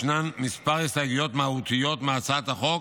ישנן כמה הסתייגויות מהותיות מהצעת החוק